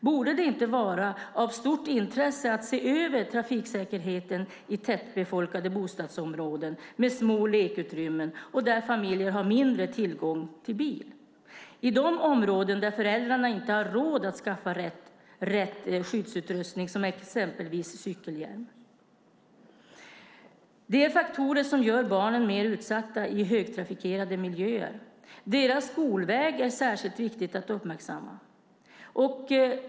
Borde det inte vara av stort intresse att se över trafiksäkerheten i tätbefolkade bostadsområden med små lekutrymmen och där familjer har mindre tillgång till bil, i områden där föräldrarna inte har råd att skaffa rätt skyddsutrustning, exempelvis cykelhjälm? Det är faktorer som gör barnen mer utsatta i högtrafikerade miljöer. Deras skolväg är särskilt viktig att uppmärksamma.